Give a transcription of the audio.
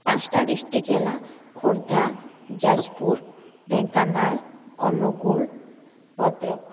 ପାଞ୍ଚ ଟା ଡିଷ୍ଟିକ୍ ହେଲା ଖୋର୍ଦ୍ଧା ଯାଜପୁର ଢେଙ୍କାନାଳ ଅନୁଗୁଳ ଭଦ୍ରକ